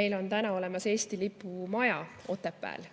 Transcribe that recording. Meil on täna olemas Eesti lipu maja Otepääl